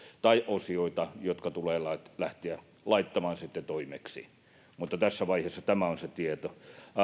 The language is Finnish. tai osioita jotka tulee lähteä laittamaan toimeksi tässä vaiheessa tämä on se tieto